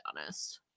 honest